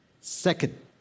Second